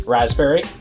Raspberry